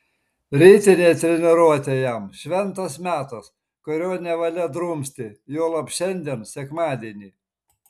rytinė treniruotė jam šventas metas kurio nevalia drumsti juolab šiandien sekmadienį